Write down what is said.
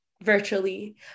virtually